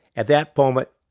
at that moment,